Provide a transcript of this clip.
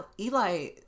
Eli